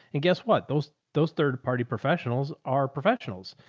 and guess what? those, those third party professionals are professionals,